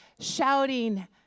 shouting